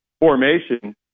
formation